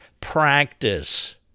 practice